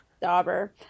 Dauber